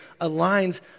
aligns